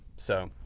so,